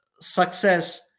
success